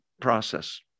process